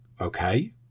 okay